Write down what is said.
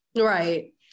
Right